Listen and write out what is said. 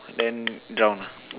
then drown ah